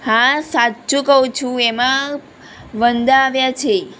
હા સાચું કહું છું એમાં વંદા આવ્યા છે